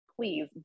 please